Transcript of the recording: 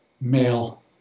male